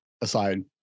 aside